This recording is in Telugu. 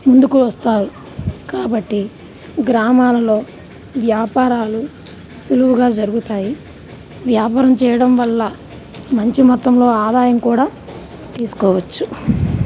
ముందుకు వస్తారు కాబట్టి గ్రామాలలో వ్యాపారాలు సులువుగా జరుగుతాయి వ్యాపారం చేయడం వల్ల మంచి మొత్తంలో ఆదాయం కూడా తీసుకోవచ్చు